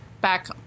back